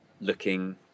looking